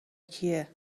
کیه